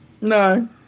No